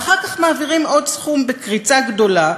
ואחר כך מעבירים עוד סכום בקריצה גדולה,